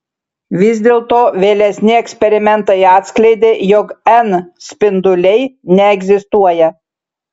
vis dėlto vėlesni eksperimentai atskleidė jog n spinduliai neegzistuoja